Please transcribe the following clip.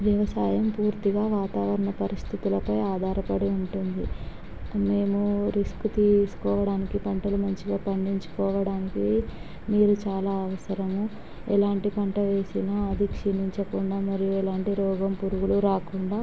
వ్యవసాయం పూర్తిగా వాతావరణ పరిస్థితులపై ఆధారపడి ఉంటుంది మేమ రిస్క్ తీసుకోవడానికి పంటలు మంచిగా పండించుకోవడానికి నీరు చాలా అవసరము ఎలాంటి పంట వేసిన అది క్షీణించకుండా మరి ఎలాంటి పురుగులు రోగం రాకుండా